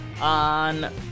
on